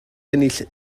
ennill